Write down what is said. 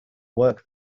work